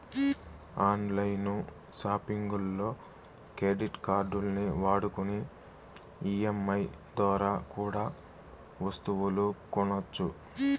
on line సాపింగుల్లో credit కార్డుల్ని వాడుకొని ఈ.ఎం.ఐ దోరా కూడా ఒస్తువులు కొనొచ్చు